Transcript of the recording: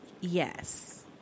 Yes